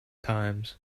times